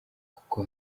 kuko